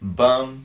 bum